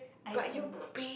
but you